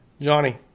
Johnny